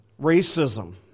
Racism